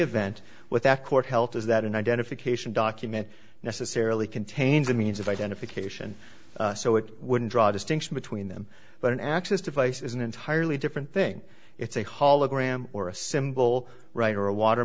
event what that court health is that an identification document necessarily contains a means of identification so it wouldn't draw distinction between them but an access device is an entirely different thing it's a hologram or a symbol right or a water